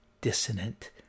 dissonant